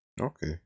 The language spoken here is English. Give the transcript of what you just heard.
okay